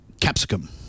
Capsicum